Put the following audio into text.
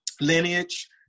lineage